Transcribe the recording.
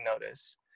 notice